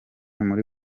muri